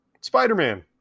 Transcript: Spider-Man